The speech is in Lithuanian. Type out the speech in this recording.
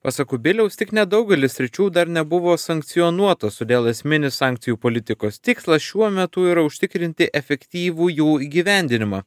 pasak kubiliaus tik nedaugelis sričių dar nebuvo sankcionuotos todėl esminis sankcijų politikos tikslas šiuo metu yra užtikrinti efektyvų jų įgyvendinimą